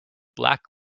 black